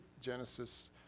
Genesis